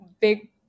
big